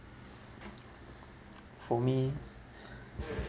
for me